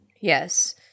Yes